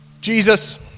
Jesus